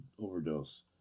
overdose